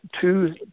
two